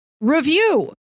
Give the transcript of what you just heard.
Review